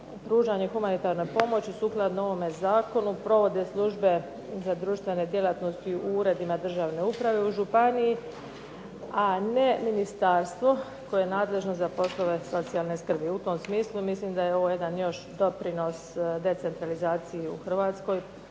pružanje humanitarne pomoći sukladno ovome zakonu provode službe za društvene djelatnosti u uredima Državne uprave u županiji, a ne ministarstvo koje je nadležno za poslove socijalne skrbi. U tom smislu mislim da je ovo jedan još doprinos decentralizaciji u Hrvatskoj